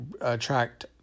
attract